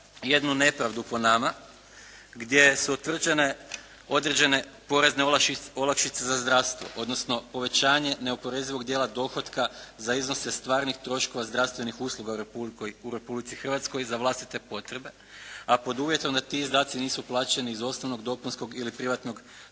jednu nepravdu po nama gdje su utvrđene određene porezne olakšice za zdravstvo, odnosno povećanje neoporezivog dijela dohotka za iznose stvarnih troškova zdravstvenih usluga u Republici Hrvatskoj za vlastite potrebe, a pod uvjetom da ti izdaci nisu plaćeni iz osnovnog dopunskog ili privatnog